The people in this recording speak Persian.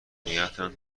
نگهدارن